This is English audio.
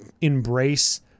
embrace